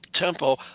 tempo